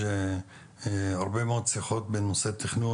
בנושא.